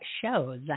shows